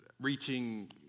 reaching